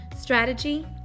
strategy